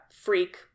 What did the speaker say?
freak